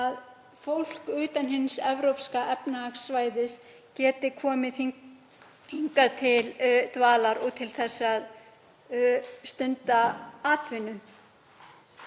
að fólk utan hins Evrópska efnahagssvæðis geti komið hingað til dvalar og til að stunda atvinnu.